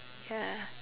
ya